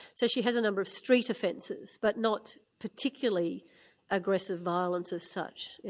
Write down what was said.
so she had a number of street offences, but not particularly aggressive violence as such.